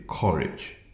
courage